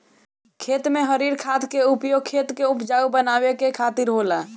खेत में हरिर खाद के उपयोग खेत के उपजाऊ बनावे के खातिर होला